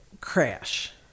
crash